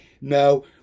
no